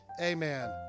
Amen